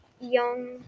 young